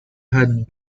had